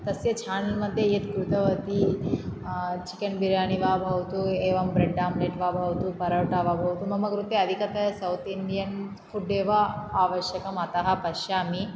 तस्य चेनल् मध्ये यत् कृतवती चिकन्बिर्यानि वा भवतु एवं ब्रेड् आम्लेट् वा भवतु परोटा वा भवतु मम कृते अधिकतया सौथ् इण्डियन् फुड् एव आवश्यकम् अतः पश्यामि